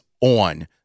on